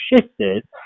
shifted